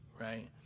right